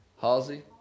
Halsey